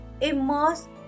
immersed